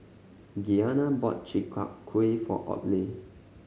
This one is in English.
Gianna bought Chi Kak Kuih for Audley